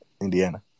Indiana